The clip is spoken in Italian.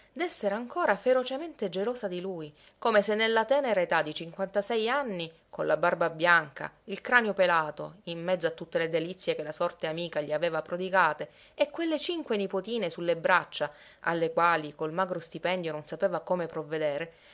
d'essere ancora ferocemente gelosa di lui come se nella tenera età di cinquantasei anni con la barba bianca il cranio pelato in mezzo a tutte le delizie che la sorte amica gli aveva prodigate e quelle cinque nipotine sulle braccia alle quali col magro stipendio non sapeva come provvedere